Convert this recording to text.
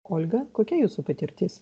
olga kokia jūsų patirtis